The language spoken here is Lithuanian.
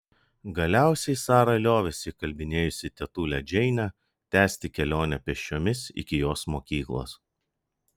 galiausiai sara liovėsi įkalbinėjusi tetulę džeinę tęsti kelionę pėsčiomis iki jos mokyklos